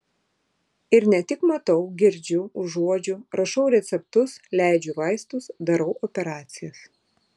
ir ne tik matau girdžiu užuodžiu rašau receptus leidžiu vaistus darau operacijas